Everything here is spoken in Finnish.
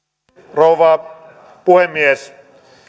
rouva puhemies